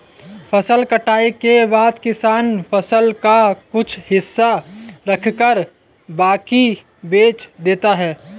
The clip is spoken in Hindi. फसल कटाई के बाद किसान फसल का कुछ हिस्सा रखकर बाकी बेच देता है